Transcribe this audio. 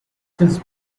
since